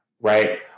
right